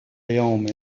يوم